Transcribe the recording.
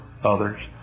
others